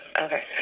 Okay